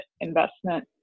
investment